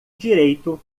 direito